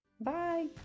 Bye